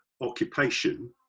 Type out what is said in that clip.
occupation